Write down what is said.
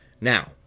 Now